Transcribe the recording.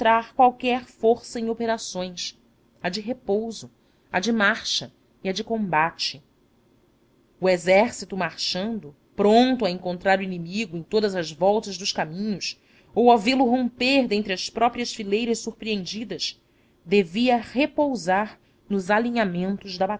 qualquer força em operações a de repouso a de marcha e a de combate o exército marchando pronto a encontrar o inimigo em todas as voltas dos caminhos ou a vê-lo romper dentre as próprias fileiras surpreendidas devia repousar nos alinhamentos da